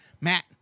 Matt